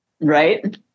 Right